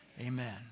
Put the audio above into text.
amen